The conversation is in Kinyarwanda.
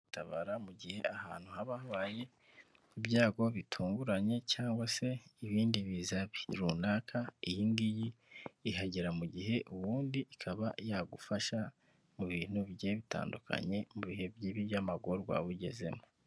Itabara mu gihe ahantu haba habaye ibyago bitunguranye cyangwa se ibindi biza runaka, iyi ngiyi ihagera mu gihe, ubundi ikaba yagufasha mu bintu bigiye bitandukanye, mu bihe nk'ibi by'amagorwa ugezemo.